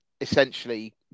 essentially